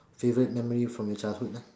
favourite memory from your childhood lah